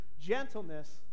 gentleness